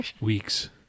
weeks